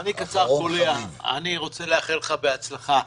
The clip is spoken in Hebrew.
רוצה לאחל לך הצלחה.